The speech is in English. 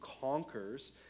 conquers